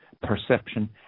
perception